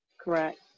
correct